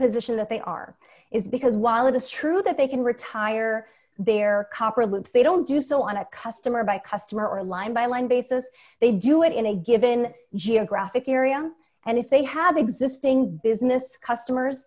position that they are is because while it is true that they can retire their copper loops they don't do so on a customer by customer or line by line basis they do it in a given geographic area and if they have existing business customers